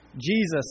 Jesus